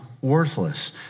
worthless